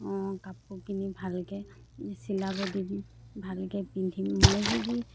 কাপোৰ কিনি ভালকৈ চিলাব দিম ভালকৈ পিন্ধিম মই যদি